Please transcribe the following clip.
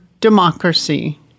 democracy